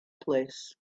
place